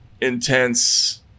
intense